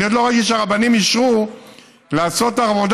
אני עוד לא ראיתי שהרבנים אישרו לעשות עבודה